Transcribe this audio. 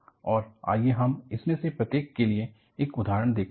और आइए हम इनमें से प्रत्येक के लिए एक उदाहरण देखते हैं